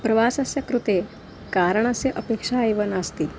प्रवासस्य कृते कारणस्य अपेक्षा एव नास्ति